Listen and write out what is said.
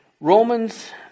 Romans